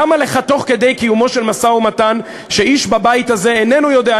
למה לך תוך כדי קיומו של משא-ומתן שאיש בבית הזה איננו יודע,